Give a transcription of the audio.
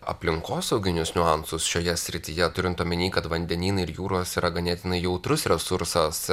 aplinkosauginius niuansus šioje srityje turint omeny kad vandenynai ir jūros yra ganėtinai jautrus resursas